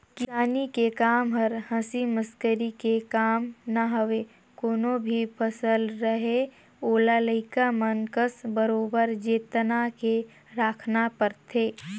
किसानी के कम हर हंसी मसकरी के काम न हवे कोनो भी फसल रहें ओला लइका मन कस बरोबर जेतना के राखना परथे